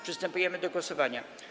Przystępujemy do głosowania.